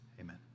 amen